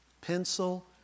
pencil